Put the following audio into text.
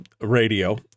Radio